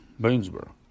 Boonesboro